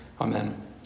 amen